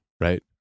right